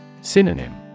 Synonym